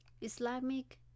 Islamic